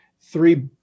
three